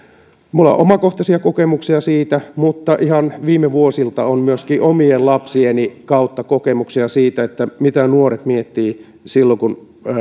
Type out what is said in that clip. minulla on omakohtaisia kokemuksia siitä mutta ihan viime vuosilta on myöskin omien lapsieni kautta kokemuksia siitä mitä nuoret miettivät silloin kun